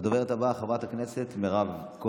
נא לסיים, חבר הכנסת גלעד קריב.